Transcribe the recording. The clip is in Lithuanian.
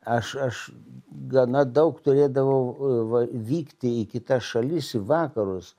aš aš gana daug turėdavau va vykti į kitas šalis į vakarus